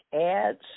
ads